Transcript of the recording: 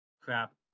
crap